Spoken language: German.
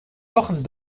wochen